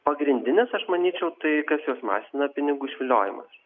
pagrindinis aš manyčiau tai kas juos masina pinigų išvyliojimas